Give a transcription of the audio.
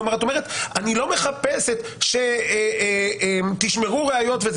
כלומר, את אומרת, אני לא מחפשת שתשמרו ראיות.